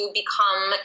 become